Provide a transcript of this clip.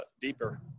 deeper